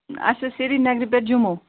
اَسہِ ٲس سرینگرٕ پٮ۪ٹھ جموں